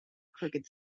crooked